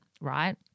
right